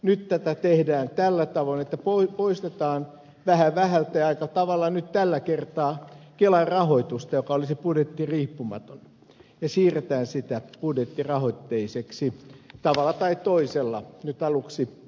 nyt tätä tehdään tällä tavoin että poistetaan vähä vähältä ja aika tavalla nyt tällä kertaa kelan rahoitusta joka olisi budjettiriippumaton ja siirretään sitä budjettirahoitteiseksi tavalla tai toisella nyt aluksi nimenomaan velan kautta